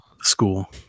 School